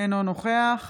אינו נוכח